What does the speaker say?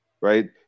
right